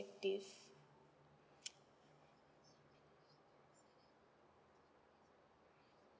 active